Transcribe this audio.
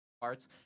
parts